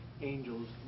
angels